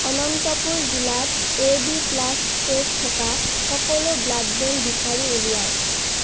অনন্তপুৰ জিলাত A B plus তেজ থকা সকলো ব্লাড বেংক বিচাৰি উলিয়াওক